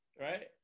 right